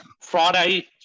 Friday